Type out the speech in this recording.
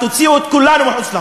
תוציאו את כולנו אל מחוץ לחוק.